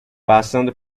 passando